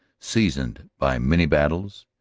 seasoned by many battles,